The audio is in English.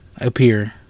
appear